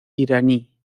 iraní